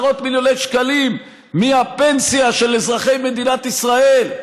עשרות מיליוני שקלים מהפנסיה של אזרחי מדינת ישראל,